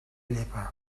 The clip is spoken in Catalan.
llepa